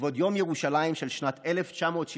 לכבוד יום ירושלים של שנת 1972,